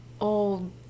old